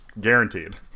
Guaranteed